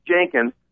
Jenkins